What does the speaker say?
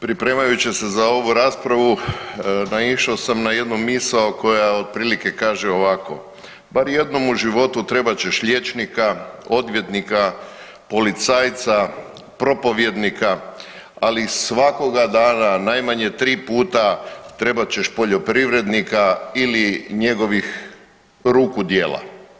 Pripremajući se za ovu raspravu naišao sam na jednu misao koja otprilike kaže ovako: „Bar jednom u životu trebat ćeš liječnika, odvjetnika, policajca, propovjednika ali svakoga dana najmanje tri puta trebat ćeš poljoprivrednika ili njegovih ruku djela“